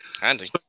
Handy